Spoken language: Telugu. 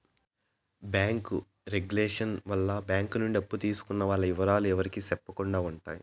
బ్యాంకు రెగులేషన్ వల్ల బ్యాంక్ నుండి అప్పు తీసుకున్న వాల్ల ఇవరాలు ఎవరికి సెప్పకుండా ఉంటాయి